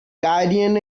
guardian